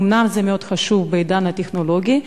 אומנם זה מאוד חשוב בעידן הטכנולוגי,